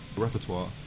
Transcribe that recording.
repertoire